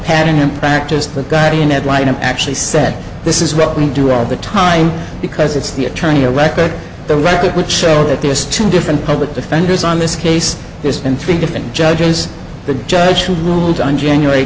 as the guardian ad litem actually said this is what we do all the time because it's the attorney of record the record would show that there's two different public defenders on this case there's been three different judges the judge who ruled on january